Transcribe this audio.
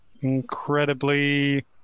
incredibly